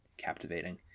captivating